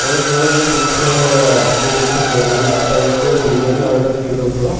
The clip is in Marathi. ओ सर मी तुमच्या ॲप्लिकेशनवरून आता एक बिर्याणी ऑर्डर केली होती